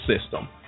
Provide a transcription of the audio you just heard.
system